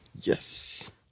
Yes